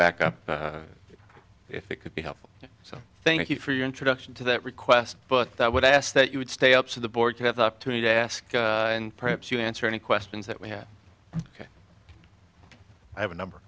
back up if it could be helpful so thank you for your introduction to that request but that would ask that you would stay up to the board to have the opportunity to ask and perhaps you answer any questions that we have i have a number